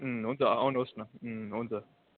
हुन्छ आउनुहोस् न हुन्छ